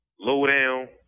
low-down